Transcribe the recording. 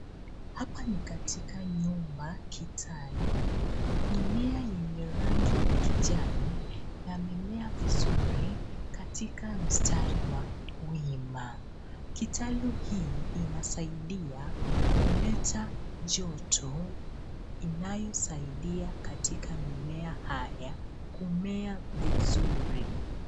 Hapa ni katika nyumba kitalu. Mimea yenye rangi ya kijani yamemea vizuri katika mstari wa wima. Kitalu hii inasaidia kuleta joto inayosaidia katika mimea haya kumea vizuri.